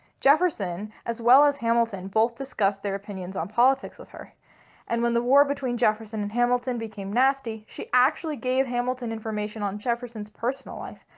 jefferson as well as hamilton both discussed their opinions on politics with her and when the war between jefferson and hamilton became nasty she actually gave hamilton information on jefferson's personal life.